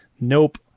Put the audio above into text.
nope